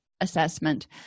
assessment